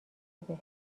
زده